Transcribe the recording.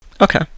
Okay